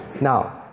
Now